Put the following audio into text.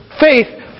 faith